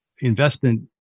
investment